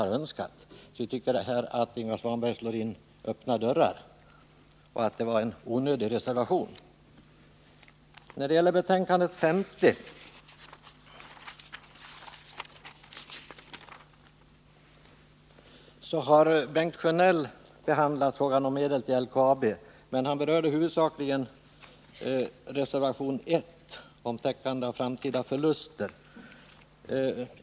Jag tycker därför att Ingvar Svanberg här slår in öppna dörrar och att reservationen är onödig. När det gäller näringsutskottets betänkande nr 50 har Bengt Sjönell behandlat frågan om medel till LKAB , men i sitt anförande berörde han huvudsakligen reservation 1 om täckande av framtida förluster.